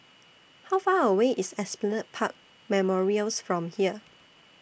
How Far away IS Esplanade Park Memorials from here